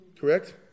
correct